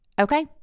okay